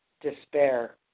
despair